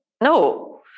No